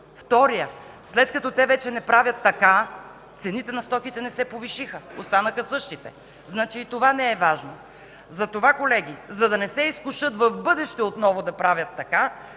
Вторият – след като вече не правят така, цените на стоките не се повишиха, останаха същите. Значи това и това не е важно. Затова, колеги, за да не се изкушатв бъдеще отново да правят така,